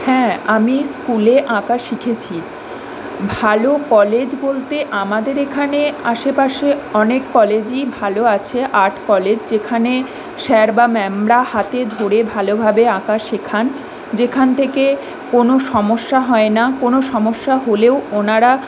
হ্যাঁ আমি স্কুলে আঁকা শিখেছি ভালো কলেজ বলতে আমাদের এখানে আশেপাশে অনেক কলেজই ভালো আছে আর্ট কলেজ যেখানে স্যার বা ম্যামরা হাতে ধরে ভালোভাবে আঁকা শেখান যেখান থেকে কোনো সমস্যা হয় না কোনো সমস্যা হলেও ওনারা